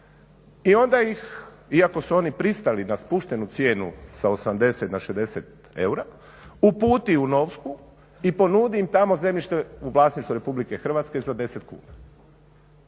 i onda ih iako su oni pristali na spuštanu cijenu sa 80 na 60 eura uputi u Novsku i ponudi im tamo zemljište u vlasništvu RH za 10 kuna.